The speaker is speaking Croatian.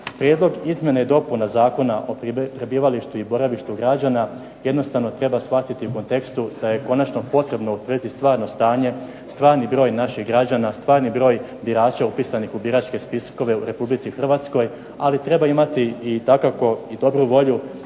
Prijedlog izmjena i dopuna Zakona o prebivalištu i boravištu građana jednostavno treba shvatiti u kontekstu da je konačno potrebno utvrditi stvarno stanje, stvarni broj naših građana, stvarni broj birača upisanih u biračke spiskove u Republici Hrvatskoj ali treba imati dakako i dobru volju